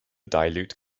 dilute